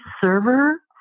server